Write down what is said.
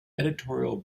editorial